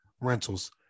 rentals